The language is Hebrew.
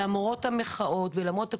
למרות המחאות ולמרות הכול,